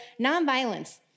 nonviolence